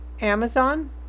Amazon